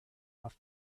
off